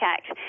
Act